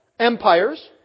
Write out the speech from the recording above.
empires